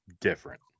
different